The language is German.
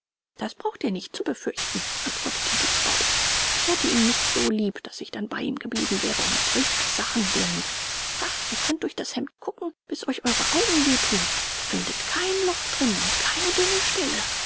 das braucht ihr nicht zu befürchten antwortete die frau ich hatte ihn nicht so lieb daß ich dann bei ihm geblieben wäre um solcher sachen willen ha ihr könnt durch das hemd gucken bis euch eure augen weh thun ihr findet kein loch drin und keine dünne stelle